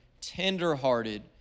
tenderhearted